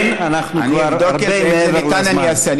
אני אבדוק את זה, ואם ניתן, אני גם אעשה.